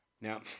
Now